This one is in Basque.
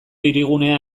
hirigunea